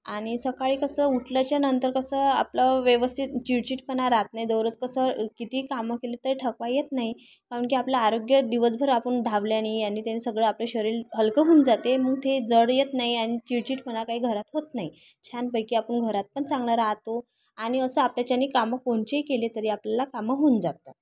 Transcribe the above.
आणि सकाळी कसं उठल्याच्या नंतर कसं आपलं व्यवस्थित चिडचिडपणा राहात नाही दररोज कसं कितीही कामं केलं तरी थकवा येत नाही कारण की आपल्या आरोग्य दिवसभर आपण धावल्यानी यानी त्यानी सगळं आपलं शरील हलकं होऊन जाते मग ते जड येत नाही आणि चिडचिडपणा काही घरात होत नाही छानपैकी आपण घरात पण चांगला राहतो आणि असं आपल्याच्याने कामं कोणचेही केले तरी आपल्याला कामं होऊन जातात